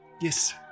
Yes